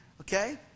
Okay